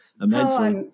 immensely